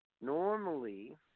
Normally